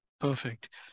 Perfect